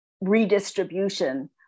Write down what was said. redistribution